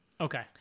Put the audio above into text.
Okay